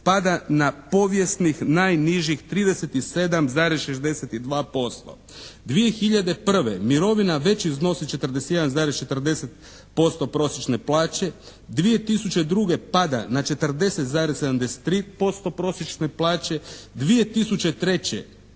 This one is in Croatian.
pada na povijesnih najnižih 37,62%. Dvije hiljade prve mirovina već iznosi 41,40% prosječne plaće. 2002. pada na 40,73% prosječne plaće. 2003.,